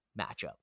matchup